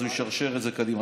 אז הוא ישרשר את זה קדימה.